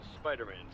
Spider-Man